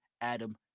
Adam